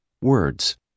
words